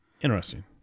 interesting